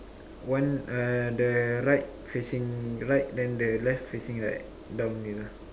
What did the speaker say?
one uh the right facing right then the left facing right